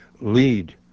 lead